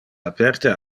aperte